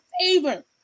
favor